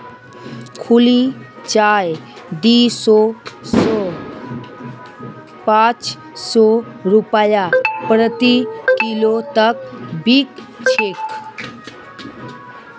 खुली चाय दी सौ स पाँच सौ रूपया प्रति किलो तक बिक छेक